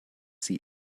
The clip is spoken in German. sie